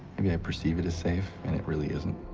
maybe i perceive it as safe, and it really isn't.